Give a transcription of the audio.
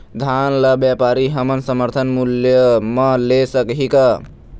धान ला व्यापारी हमन समर्थन मूल्य म ले सकही का?